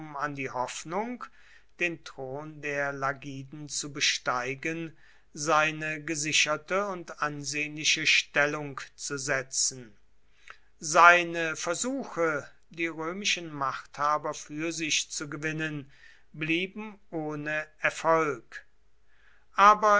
an die hoffnung den thron der lagiden zu besteigen seine gesicherte und ansehnliche stellung zu setzen seine versuche die römischen machthaber für sich zu gewinnen blieben ohne erfolg aber